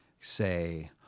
say